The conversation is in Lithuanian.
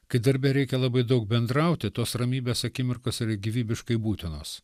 kai darbe reikia labai daug bendrauti tos ramybės akimirkos yra gyvybiškai būtinos